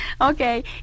Okay